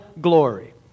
glory